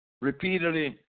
repeatedly